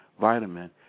vitamin